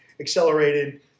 accelerated